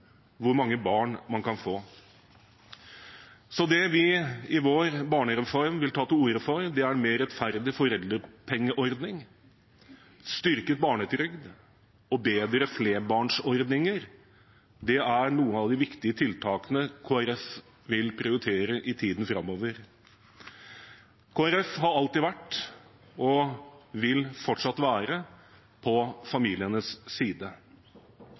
hvor mange barn man kan få. Det vi i vår barnereform vil ta til orde for, er en mer rettferdig foreldrepengeordning, styrket barnetrygd og bedre flerbarnsordninger. Det er noen av de viktige tiltakene Kristelig Folkeparti vil prioritere i tiden framover. Kristelig Folkeparti har alltid vært og vil fortsatt være på familienes side.